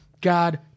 God